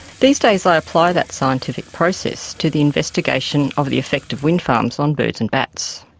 these days i apply that scientific process to the investigation of the effect of wind farms on birds and bats.